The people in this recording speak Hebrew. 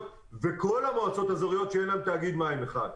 וכל המועצות האזוריות שאין להם תאגיד מים אחד,